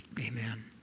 Amen